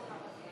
קבוצת סיעת ש"ס,